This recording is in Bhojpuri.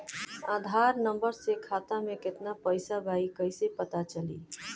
आधार नंबर से खाता में केतना पईसा बा ई क्ईसे पता चलि?